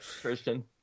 Christian